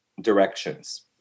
directions